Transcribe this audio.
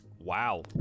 Wow